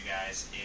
guys